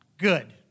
Good